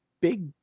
big